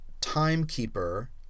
timekeeper